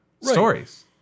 stories